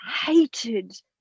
hated